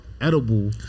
edible